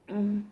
mm